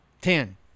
Ten